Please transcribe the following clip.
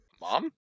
mom